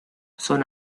son